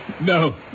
No